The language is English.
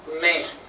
man